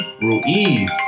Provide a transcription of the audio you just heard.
Ruiz